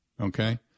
Okay